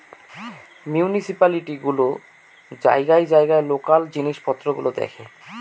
municipality গুলো জায়গায় জায়গায় লোকাল জিনিস পত্র গুলো দেখে